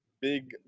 big